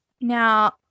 Now